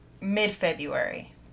mid-February